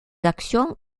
actions